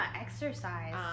exercise